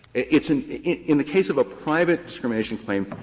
it's an in in the case of a private discrimination claim,